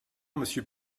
monsieur